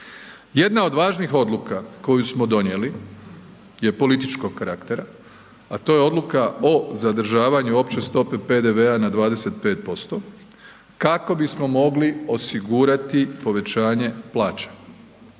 Jedna od važnih odluka koju smo donijeli je političkog karaktera, a to je odluka o zadržavanju opće stope PDV-a na 25% kako bismo mogli osigurati povećanje plaća.